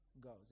goes